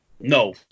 No